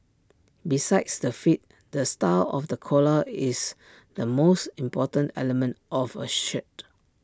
besides the fit the style of the collar is the most important element of A shirt